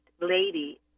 lady